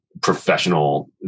professional